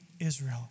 Israel